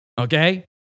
Okay